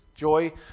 Joy